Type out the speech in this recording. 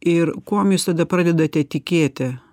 ir kuom jūs tada pradedate tikėti